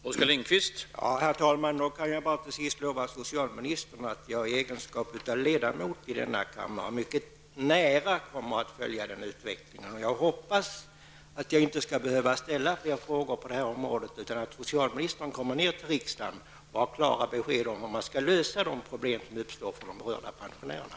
Herr talman! Jag kan till sist lova socialministern att jag i egenskap av ledamot av denna kammare mycket nära kommer att följa utvecklingen. Jag hoppas att jag inte skall behöva ställa flera frågor på området utan att socialministern kommer till riksdagen med klara besked om hur problemet skall lösas för de berörda pensionärerna.